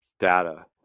data